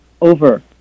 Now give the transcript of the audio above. over